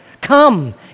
Come